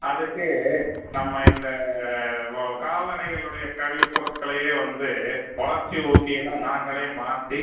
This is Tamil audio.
அதுக்கு நம்ம இந்த வ கால்நடைகளுடைய கழிவுப் பொருட்களையே வந்து வளர்ச்சி ஊக்கினு நாங்களே மாற்றி